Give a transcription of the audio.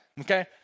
Okay